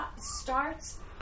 starts